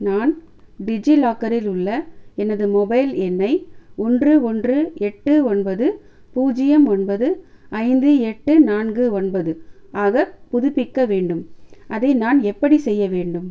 நான் டிஜிலாக்கரில் உள்ள எனது மொபைல் எண்ணை ஒன்று ஒன்று எட்டு ஒன்பது பூஜ்ஜியம் ஒன்பது ஐந்து எட்டு நான்கு ஒன்பது ஆக புதுப்பிக்க வேண்டும் அதை நான் எப்படிச் செய்ய வேண்டும்